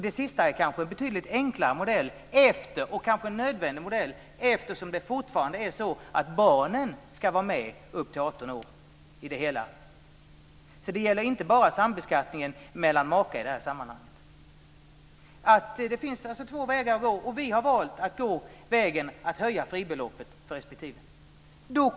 Det sista är kanske en betydligt enklare modell, och kanske nödvändig, eftersom det fortfarande är så att barn under 18 år ska vara med i det hela. Det gäller alltså inte bara sambeskattningen mellan makar i det här sammanhanget. Det finns alltså två vägar att gå, och vi har valt att gå vägen att höja fribeloppet.